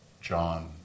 John